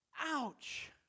Ouch